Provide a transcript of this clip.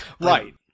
right